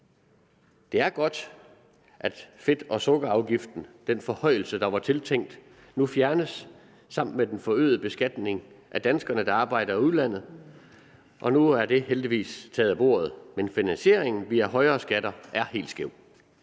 Det er godt, at fedt- og sukkerafgiften, den forhøjelse, der var tiltænkt, nu fjernes sammen med den forøgede beskatning af danskerne, der arbejder i udlandet. Nu er det heldigvis taget af bordet, men finansieringen via højere skatter er helt skæv.